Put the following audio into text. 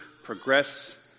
progress